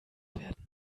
werden